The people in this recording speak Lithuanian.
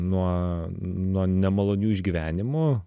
nuo nuo nemalonių išgyvenimų